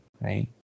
right